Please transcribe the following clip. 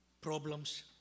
Problems